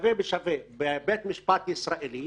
שווה בשווה, בבית משפט ישראלי